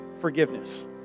forgiveness